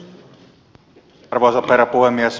arvoisa herra puhemies